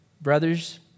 Brothers